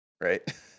right